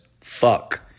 fuck